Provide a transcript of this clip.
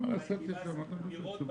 הוא שותף